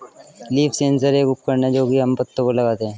leaf sensor एक उपकरण है जो की हम पत्तो पर लगाते है